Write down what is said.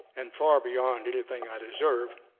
and far beyond anything i deserve,